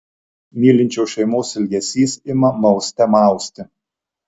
mylinčios šeimos ilgesys ima mauste mausti